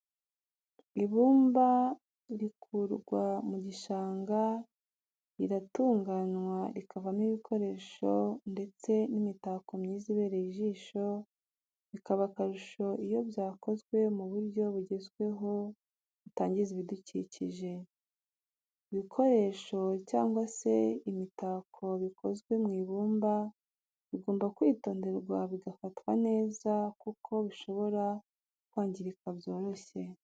Ibumba rikurwa mu gishanga riratunganywa rikavamo ibikoresho ndetse n'imitako myiza ibereye ijisho bikaba akarusho iyo byakozwe mu buryo bugezweho butangiza ibidukikije. ibikoresho cyangwa se imitako bikozwe mu ibumba bigomba kwitonderwa bigafatwa neza kuko bishobora kwangirika byoroshye.